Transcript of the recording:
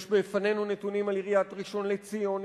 יש בפנינו נתונים על עיריית ראשון-לציון,